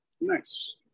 Nice